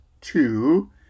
two